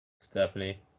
Stephanie